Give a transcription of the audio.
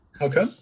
okay